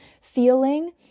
feeling